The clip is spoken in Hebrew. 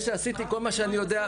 זה שעשיתי כל מה שאני יודע.